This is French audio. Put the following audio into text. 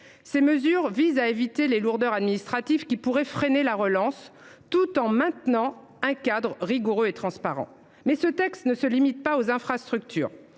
Ces mesures visent à éviter les lourdeurs administratives qui pourraient freiner la relance tout en préservant un cadre rigoureux et transparent. Ce texte ne se limite toutefois pas aux infrastructures,